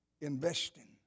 investing